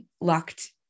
locked